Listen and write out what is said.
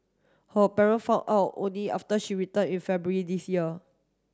her parent found out only after she return in February this year